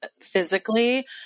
physically